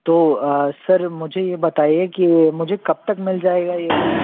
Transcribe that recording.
तो सर मुझे ये बताइए कि मुझे कब तक मिल जाएगा ये लोन